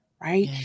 right